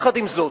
עם זאת,